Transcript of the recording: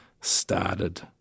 started